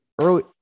early